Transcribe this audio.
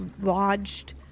lodged